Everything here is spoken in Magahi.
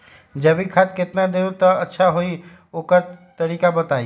जैविक खाद केतना देब त अच्छा होइ ओकर तरीका बताई?